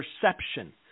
perception